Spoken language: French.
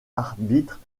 arbitre